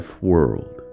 world